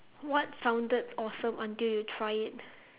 what sounded awesome until you try it